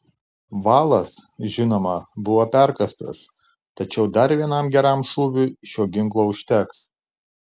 valas žinoma buvo perkąstas tačiau dar vienam geram šūviui šio ginklo užteks